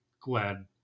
glad